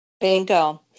Bingo